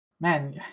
Man